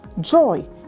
joy